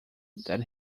that